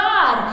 God